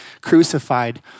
crucified